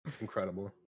Incredible